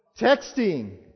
Texting